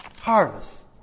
harvest